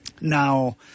Now